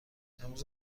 امروز